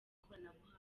ikoranabuhanga